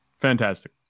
fantastic